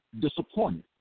disappointed